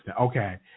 Okay